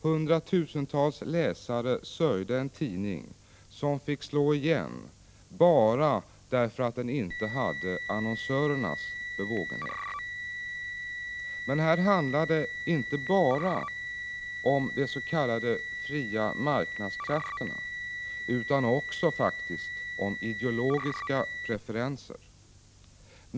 Hundratusentals läsare sörjde en tidning som fick slå igen bara därför att den inte hade vunnit annonsörernas bevågenhet. Men här handlade det inte bara om de s.k. fria marknadskrafterna utan faktiskt också om ideologiska preferenser.